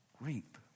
reap